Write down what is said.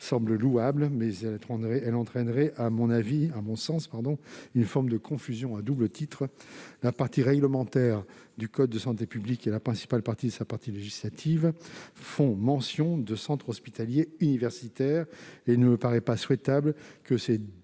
semble louable, mais ce changement créerait, à mon sens, une double confusion : d'une part, la partie réglementaire du code de santé publique- et la principale partie de sa partie législative -faisant mention de « centres hospitaliers universitaires », il ne me paraît pas souhaitable que deux